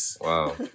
wow